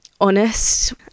honest